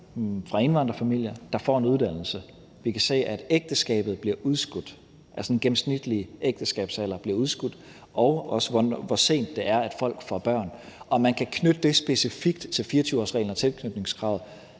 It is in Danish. fra indvandrerfamilier, der får en uddannelse. Vi kan se, at ægteskabet bliver udskudt, altså at den gennemsnitlige ægteskabsalder bliver udskudt, og også, hvor sent det er, folk får børn. Om man kan knytte det specifikt til 24-årsreglen og tilknytningskravet,